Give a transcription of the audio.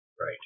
right